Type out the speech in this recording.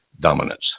dominance